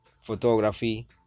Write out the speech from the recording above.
photography